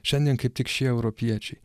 šiandien kaip tik šie europiečiai